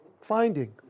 finding